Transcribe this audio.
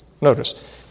Notice